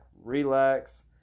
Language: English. relax